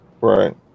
Right